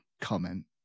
comment